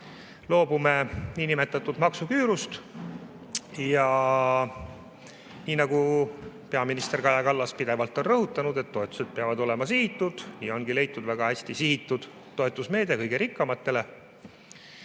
Loobume niinimetatud maksuküürust. Peaminister Kaja Kallas on pidevalt rõhutanud, et toetused peavad olema sihitud, ja ongi leitud väga hästi sihitud toetusmeede kõige rikkamatele.